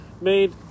Made